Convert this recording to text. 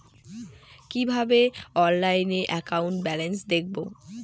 কিভাবে অনলাইনে account balance দেখবো?